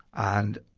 and